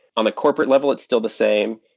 on a corporate level, it's still the same.